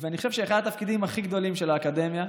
אני חושב שאחד התפקידים הכי גדולים של האקדמיה,